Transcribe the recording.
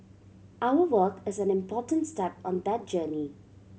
our work is an important step on that journey